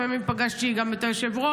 ולפעמים פגשתי גם את היושב-ראש.